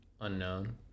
unknown